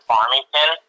Farmington